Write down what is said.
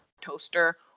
toaster